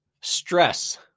Stress